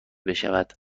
بشود